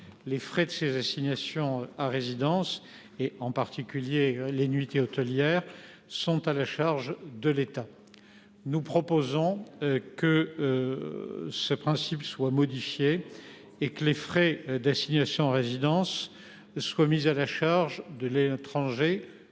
les frais des assignations à résidence, et en particulier les nuits d’hôtel, sont à la charge de l’État. Nous proposons que ce principe soit modifié et que les frais d’assignation à résidence soient mis à la charge de l’étranger